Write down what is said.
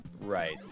Right